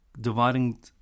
dividing